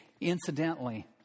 Incidentally